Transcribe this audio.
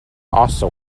also